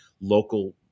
local